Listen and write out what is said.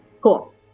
Cool